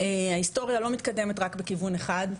ההיסטוריה לא מתקדמת רק בכיוון אחד.